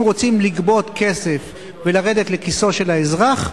אם רוצים לגבות כסף ולרדת לכיסו של האזרח,